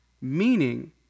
meaning